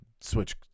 switch